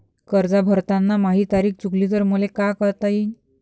कर्ज भरताना माही तारीख चुकली तर मले का करता येईन?